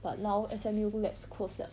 but now S_M_U labs close 了